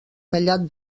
tallat